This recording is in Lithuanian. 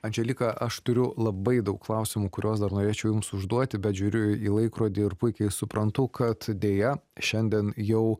andželika aš turiu labai daug klausimų kuriuos dar norėčiau jums užduoti bet žiūriu į laikrodį ir puikiai suprantu kad deja šiandien jau